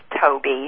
Toby